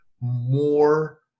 more